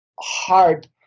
hard